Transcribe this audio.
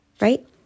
right